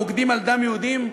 הרוקדים על דם יהודים,